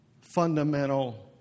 fundamental